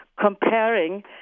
comparing